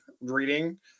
reading